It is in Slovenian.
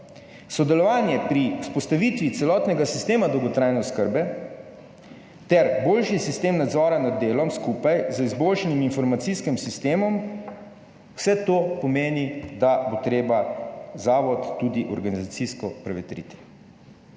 sodelovanje pri vzpostavitvi celotnega sistema dolgotrajne oskrbe ter boljši sistem nadzora nad delom skupaj z izboljšanim informacijskim sistemom. Vse to pomeni, da bo treba zavod tudi organizacijsko prevetriti.